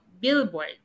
billboard